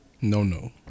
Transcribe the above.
No-no